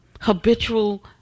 habitual